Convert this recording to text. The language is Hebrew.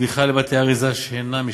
תמיכה לבתי-אריזה שאינם משפחתיים,